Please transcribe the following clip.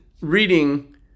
reading